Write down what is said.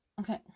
Okay